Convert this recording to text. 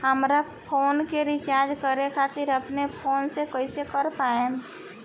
हमार फोन के रीचार्ज करे खातिर अपने फोन से कैसे कर पाएम?